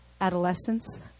adolescence